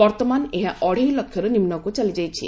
ବର୍ତ୍ତମାନ ଏହା ଅଢ଼େଇ ଲକ୍ଷରୁ ନିମ୍ବକୁ ଚାଲିଯାଇଛି